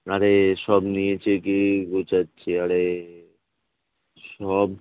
আরে সব নিয়েছি কি গোছাচ্ছি আরে সব